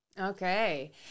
Okay